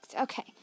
Okay